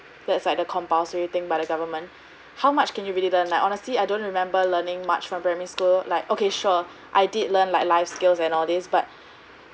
that's like the compulsory thing by the government how much can you really learn like honestly I don't remember learning much from primary school like okay sure I did learn like life skills and all these but